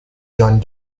joined